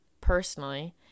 personally